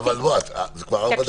זה כבר ארבע דקות.